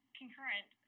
concurrent